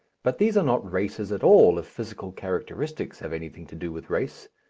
but these are not races at all, if physical characteristics have anything to do with race.